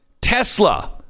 Tesla